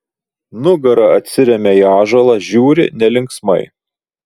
nugara atsiremia į ąžuolą žiūri nelinksmai